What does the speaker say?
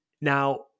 Now